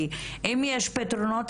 כי אם יש פתרונות,